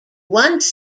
once